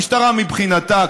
המשטרה מבחינתה,